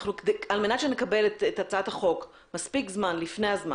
על מנת שנקבל את הצעת החוק מספיק זמן לפני הזמן